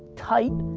tight,